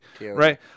Right